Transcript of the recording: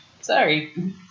sorry